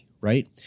right